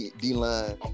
D-line